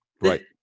Right